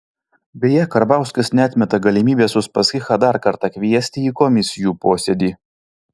beje karbauskis neatmeta galimybės uspaskichą dar kartą kviesti į komisijų posėdį